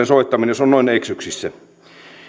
soittaminen jos on noin eksyksissä